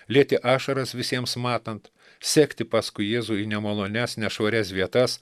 lieti ašaras visiems matant sekti paskui jėzų į nemalonias nešvarias vietas